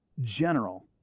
General